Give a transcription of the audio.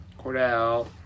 Cordell